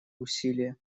усилия